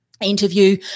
interview